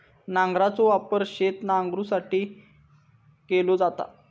नांगराचो वापर शेत नांगरुसाठी केलो जाता